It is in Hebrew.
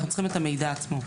אנחנו צריכים את המידע עצמו.